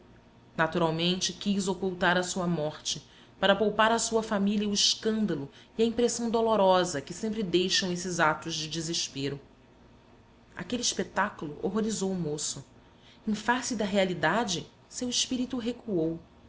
naturalmente quis ocultar a sua morte para poupar à sua família o escândalo e a impressão dolorosa que sempre deixam esses atos de desespero aquele espetáculo horrorizou o moço em face da realidade seu espírito recuou